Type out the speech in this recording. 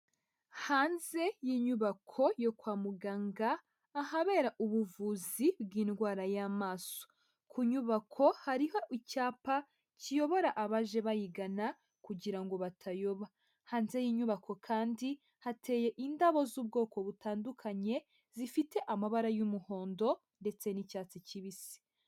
Hanze y'inyubako yo kwa muganga ahabera ubuvuzi bw'indwara ya maso, ku nyubako hariho icyapa kiyobora abaje bayigana kugira ngo batayoba; hanze y'inyubako kandi hateye indabo z'ubwoko butandukanye zifite amabara y'umuhondo ndetse n'icyatsi kibisi.